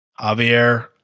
Javier